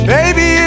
Baby